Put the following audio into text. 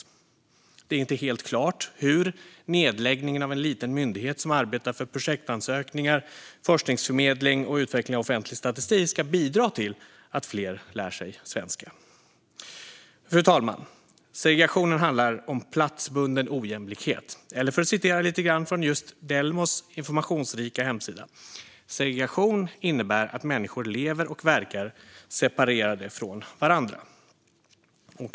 Men det är inte helt klart hur nedläggningen av en liten myndighet som arbetar med projektansökningar, forskningsförmedling och utveckling av offentlig statistik ska bidra till att fler lär sig svenska. Fru talman! Segregationen handlar om platsbunden ojämlikhet, eller för att citera lite grann från just Delmos informationsrika hemsida: "Segregation innebär att människor lever och verkar separerade från varandra."